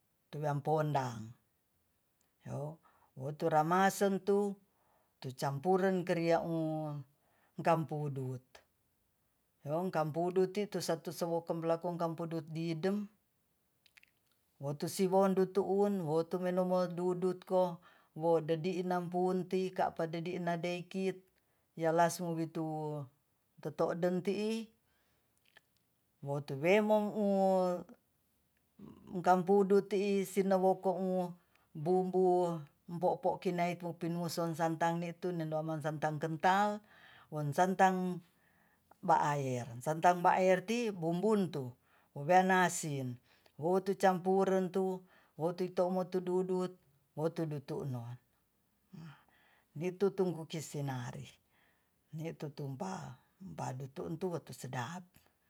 Tuyan pondang wotu ramansengtu tucampuren keriamu gampudut yong gampudut ti tu satu swopemlakum kampudut didem wotusiwoundu tuu wotumenongudu ko wedidiinan punti ka'pa de di'ina deikit yalasmu witu tetodeen tii wotume'o u gampudu tii sinowokou bumbu mpo-po kina i pinouson santan netun de do amang santan kental wo santan ba aer santan ba aer ti bubuntu be wean nasin wotucampurentu wotuitoimotududud mo tudu'u tuno itu tungkukis sinari nitu tumpal ba'du tu untu tu sedap